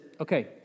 okay